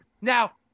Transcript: Now